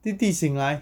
弟弟醒来